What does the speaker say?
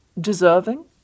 deserving